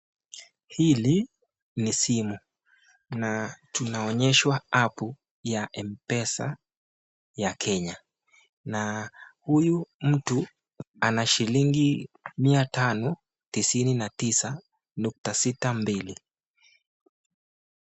Hili ni simu. Na tunaonyeshwa appu ya M-Pesa ya Kenya. Na huyu mtu ana shilingi mia tano tisini na tisa nukta sita mbili.